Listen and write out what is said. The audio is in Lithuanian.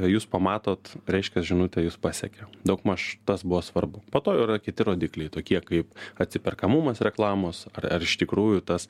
jūs pamatot reiškia žinutė jus pasiekia daugmaž tas buvo svarbu po to yra kiti rodikliai tokie kaip atsiperkamumas reklamos ar ar iš tikrųjų tas